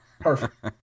Perfect